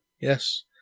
Yes